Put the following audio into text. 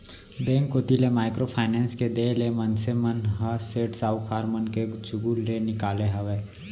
bank कोती ले micro finance के देय ले मनसे मन ह सेठ साहूकार मन के चुगूल ले निकाले हावय